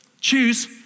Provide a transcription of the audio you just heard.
Choose